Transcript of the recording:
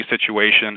situation